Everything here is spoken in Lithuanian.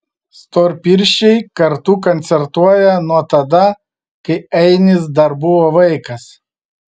storpirščiai kartu koncertuoja nuo tada kai ainis dar buvo vaikas